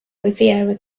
riviera